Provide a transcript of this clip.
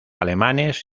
alemanes